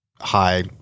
high